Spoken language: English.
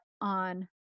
on